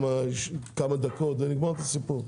כמה דקות ונגמור את הסיפור.